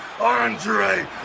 Andre